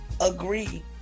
agree